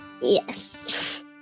Yes